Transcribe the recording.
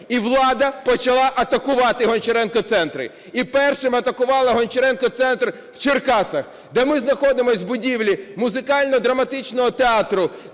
І влада почала атакувати "Гончаренко центри". І першим атакували "Гончаренко центр" в Черкасах, де ми знаходимося в будівлі музикально-драматичного театру,